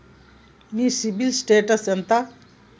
మీ CIBIL status ఎంత?